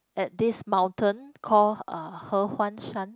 at this mountain call uh He-Huan-Shan